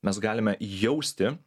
mes galime jausti